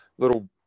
little